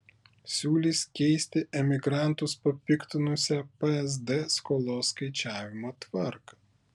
siūlys keisti emigrantus papiktinusią psd skolos skaičiavimo tvarką